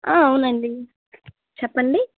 అవునండి చెప్పండి